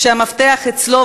שהמפתח אצלו,